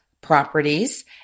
properties